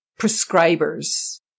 prescribers